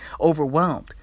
overwhelmed